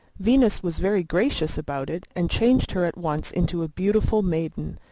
venus was very gracious about it, and changed her at once into a beautiful maiden,